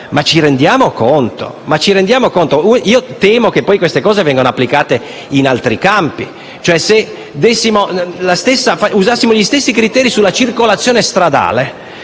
Ma ci rendiamo conto? Io temo che poi questi indirizzi verranno applicati in altri campi. Se usassimo gli stessi criteri sulla circolazione stradale,